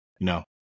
No